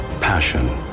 passion